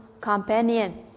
companion